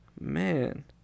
Man